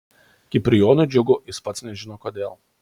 kiprijonui džiugu jis pats nežino kodėl